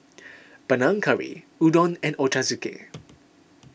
Panang Curry Udon and Ochazuke